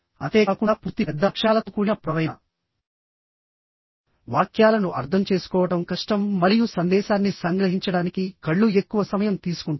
అంతేకాకుండా పూర్తి పెద్ద అక్షరాలతో కూడిన పొడవైన వాక్యాలను అర్థం చేసుకోవడం కష్టం మరియు సందేశాన్ని సంగ్రహించడానికి కళ్ళు ఎక్కువ సమయం తీసుకుంటాయి